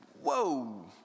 whoa